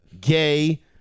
gay